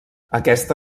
aquesta